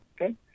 Okay